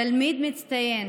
תלמיד מצטיין.